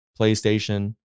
PlayStation